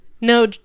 no